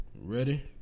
Ready